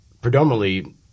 predominantly